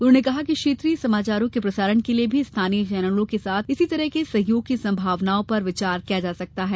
उन्होंने कहा कि क्षेत्रीय समाचारों के प्रसारण के लिए भी स्थानीय चैनलों के साथ इसी तरह के सहयोग की संभावनाओं पर विचार किया जा सकता है